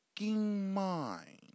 mind